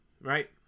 right